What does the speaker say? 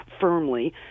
firmly